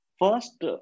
First